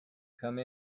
come